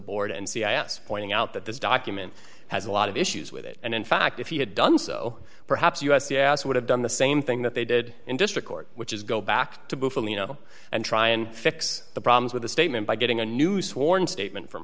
board and c i s pointing out that this document has a lot of issues with it and in fact if he had done so perhaps u s c s would have done the same thing that they did in district court which is go back to before you know and try and fix the problems with the statement by getting a new sworn statement from